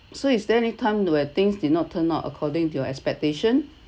so is there any time where things did not turn out according to your expectation